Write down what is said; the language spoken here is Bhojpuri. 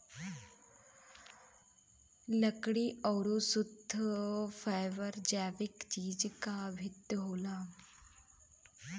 लकड़ी आउर शुद्ध फैबर जैविक चीज क भितर होला